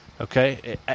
Okay